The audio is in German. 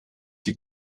die